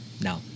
Now